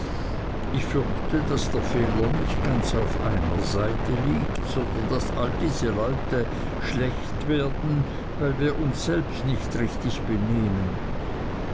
ich fürchte daß der fehler nicht ganz auf einer seite liegt sondern daß diese leute alle schlecht werden weil wir uns selbst nicht richtig benehmen